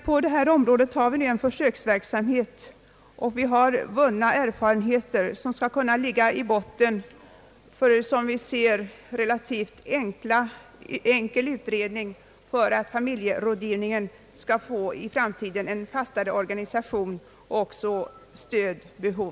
På detta område har vi haft försöksverksamhet, och vi har vunnit erfarenheter som skall ligga i botten för en som jag ser det relativt enkel utredning om familjerådgivningens framtida organisation och stödbehov.